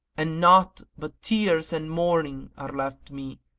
and naught but tears and mourning are left me.